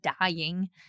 dying